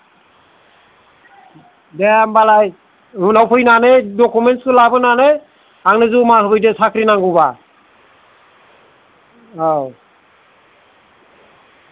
दे होमबालाय उनाव फैनानै दकुमेन्टसखौ लाबोनानै आंनो जमा होफैदो साख्रि नांगौबा औ